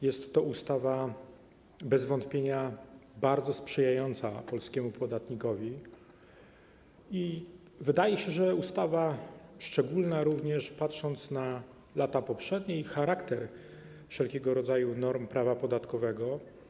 Jest to ustawa bez wątpienia bardzo sprzyjająca polskiemu podatnikowi i wydaje się, że ustawa szczególna, również patrząc na lata poprzednie i charakter wszelkiego rodzaju norm prawa podatkowego.